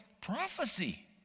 Prophecy